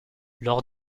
lors